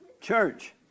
church